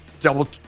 double